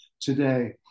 today